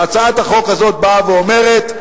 והצעת החוק הזאת באה ואומרת: